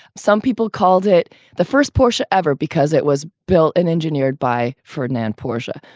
some people called it the first porsche ever because it was built and engineered by ferdinand porsche.